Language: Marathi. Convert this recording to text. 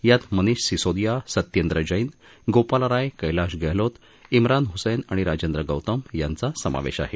यात मनिष सिसोदिया सत्येंद्र जैन गोपाल राय कैलाश गहलोत म्रान हुसैन आणि राजेंद्र गौतम यांचा समावेश आहे